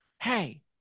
Hey